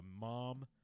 mom